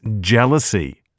jealousy